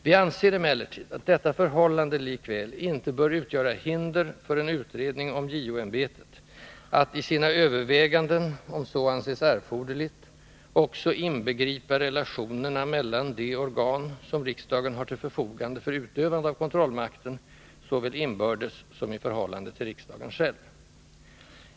Vi anser emellertid att detta förhållande likväl inte bör utgöra hinder för en utredning om JO-ämbetet att i sina överväganden, om så anses erforderligt, också inbegripa relationerna mellan de organ som riksdagen har till förfogande för utövande av kontrollmakten, såväl inbördes som i förhållande till riksdagen själv.